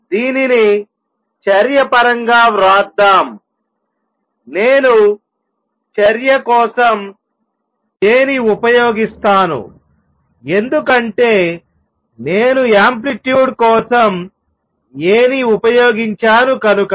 దీనిని చర్య పరంగా వ్రాద్దాంనేను చర్య కోసం J ని ఉపయోగిస్తాను ఎందుకంటే నేను యాంప్లిట్యూడ్ కోసం A ని ఉపయోగించాను కనుక